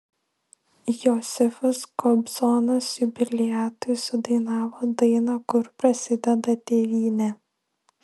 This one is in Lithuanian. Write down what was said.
josifas kobzonas jubiliatui sudainavo dainą kur prasideda tėvynė